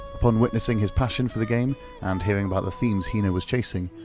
upon witnessing his passion for the game and hearing about the themes hino was chasing,